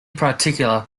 particular